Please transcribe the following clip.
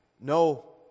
No